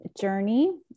journey